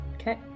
Okay